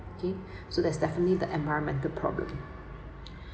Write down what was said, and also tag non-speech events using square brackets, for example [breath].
okay [breath] so that's definitely the environmental problem